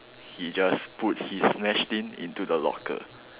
he just put his mess tin into the locker